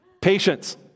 Patience